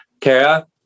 Kara